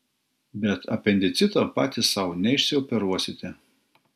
bet apendicito patys sau neišsioperuosite